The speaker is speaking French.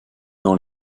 dans